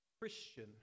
Christian